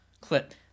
clip